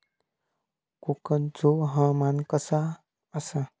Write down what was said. कोकनचो हवामान कसा आसा?